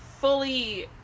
fully